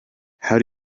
how